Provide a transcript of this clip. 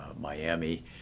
Miami